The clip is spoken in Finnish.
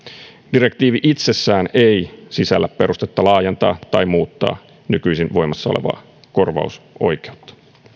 direktiivi itsessään ei sisällä perustetta laajentaa tai muuttaa nykyisin voimassa olevaa korvausoikeutta